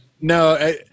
no